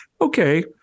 okay